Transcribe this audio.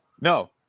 No